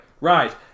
Right